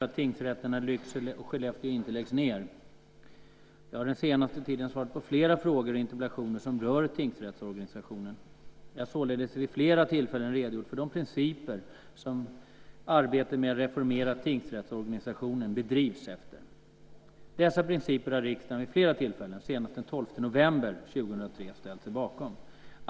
Fru talman! Carin Lundberg har frågat mig om jag avser att verka för att tingsrätterna i Lycksele och Skellefteå inte läggs ned. Jag har den senaste tiden svarat på flera frågor och interpellationer som rör tingsrättsorganisationen. Jag har således vid flera tillfällen redogjort för de principer som arbetet med att reformera tingsrättsorganisationen bedrivs efter. Dessa principer har riksdagen vid flera tillfällen, senast den 12 november 2003, ställt sig bakom.